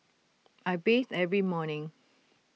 I bathe every morning